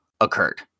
occurred